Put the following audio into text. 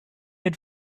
had